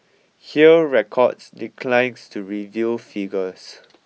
hear records declines to reveal figures